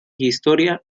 historia